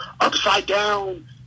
upside-down